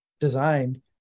designed